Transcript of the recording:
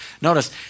Notice